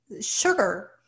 sugar